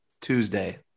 Tuesday